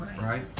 right